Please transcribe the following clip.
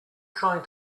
trying